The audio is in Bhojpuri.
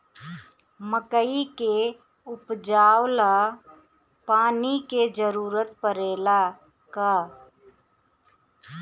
मकई के उपजाव ला पानी के जरूरत परेला का?